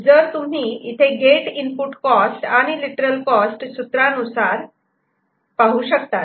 तर तुम्ही इथे गेट इनपुट कॉस्ट आणि लिटरल कॉस्ट सूत्रानुसार पाहू शकतात